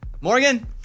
Morgan